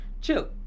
Chill